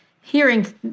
hearing